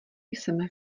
jsem